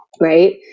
Right